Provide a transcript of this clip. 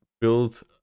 build